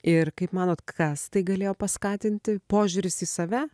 ir kaip manot kas tai galėjo paskatinti požiūris į save